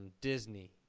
Disney